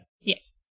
Yes